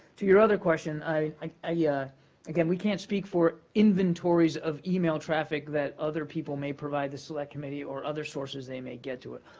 to your other question, ah yeah again, we can't speak for inventories of email traffic that other people may provide the select committee or other sources they may get to it.